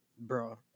bro